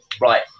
right